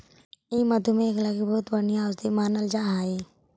ई मधुमेह लागी बहुत बढ़ियाँ औषधि मानल जा हई